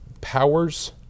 powers